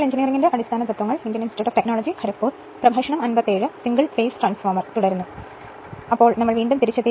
ശരി ഞങ്ങൾ വീണ്ടും തിരിച്ചെത്തി